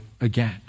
again